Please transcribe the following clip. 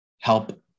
help